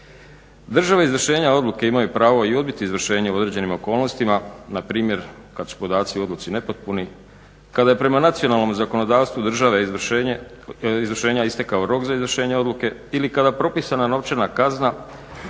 Države izvršenja odluke imaju pravo i odbiti izvršenje u određenim okolnostima npr. kada su podaci u odluci nepotpuni, kada je prema nacionalnom zakonodavstvu države izvršenja istekao rok za izvršenje odluke ili kada propisana novčana kazna